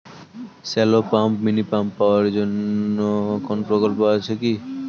Shallow pump mini পাওয়ার জন্য কোনো প্রকল্প আছে কি?